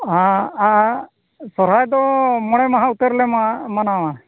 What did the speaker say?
ᱦᱮᱸ ᱟᱨ ᱥᱚᱦᱚᱨᱟᱭ ᱫᱚ ᱢᱚᱬᱮᱢᱟᱦᱟ ᱩᱛᱟᱹᱨᱞᱮ ᱢᱟᱱᱟᱣᱟ